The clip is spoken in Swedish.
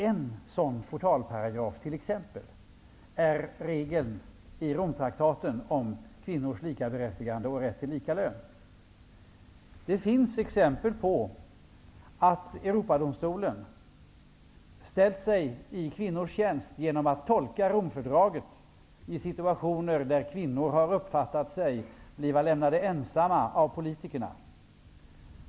En sådan portalparagraf är t.ex. regeln i Romtraktaten om kvinnors likaberättigande och rätt till lika lön. Det finns exempel på att Europadomstolen ställt sig i kvinnors tjänst genom att tolka Romfördraget i situationer där kvinnor har uppfattat sig såsom lämnade ensamma av politikerna.